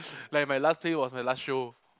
like my last play was my last show